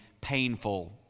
painful